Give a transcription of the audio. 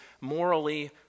morally